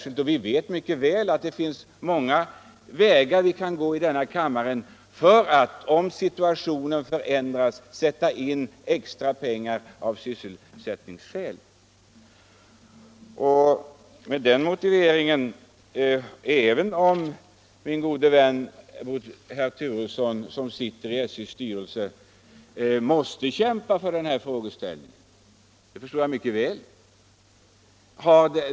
Vi vet mycket väl att det finns många vägar att gå för att, om situationen förändras, sätta in extra pengar av sysselsättningsskäl. Att min gode vän herr Turesson, som sitter i SJ:s styrelse, måste kämpa för denna sak, förstår jag mycket väl.